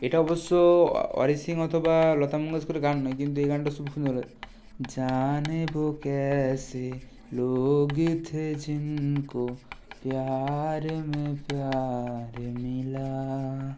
এটা অবশ্য অরিজিত সিং অথবা লতা মঙ্গেশকরের গান নয় কিন্তু এই গানটা সুব সুন্দর